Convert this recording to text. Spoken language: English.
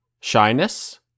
Shyness